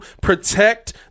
protect